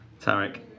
Tarek